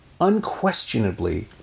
unquestionably